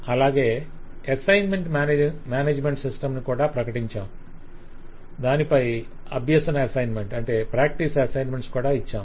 అలాగే assignment management system ను కూడా ప్రకటించాము దానిపై అభ్యసన అసైన్మెంట్లు కూడా ఇచ్చాము